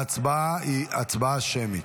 ההצבעה היא שמית.